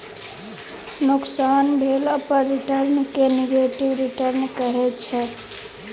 नोकसान भेला पर रिटर्न केँ नेगेटिव रिटर्न कहै छै